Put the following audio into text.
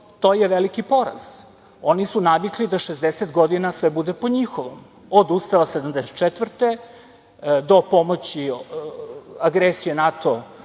to je veliki poraz. Oni su navikli da 60 godina sve bude po njihovom. Od Ustava 1974. godine do pomoći agresije NATO